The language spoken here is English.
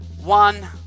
one